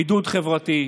בידוד חברתי,